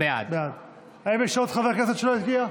בעד האם יש עוד חבר כנסת שלא הצביע?